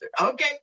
Okay